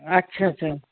अच्छा अच्छा